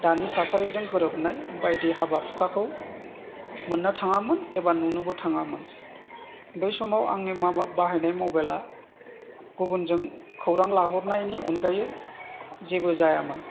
दानि थासारिजों गोरोबनाय बायदि हाबा हुखाखौ मोननो थाङामोन एबा नुनोबो थाङामोन बै समाव आंनि माबा बाहायनाय मबाइल आ गुबुनजों खौरां लाहरनायनि अनगायै जेबो जायामोन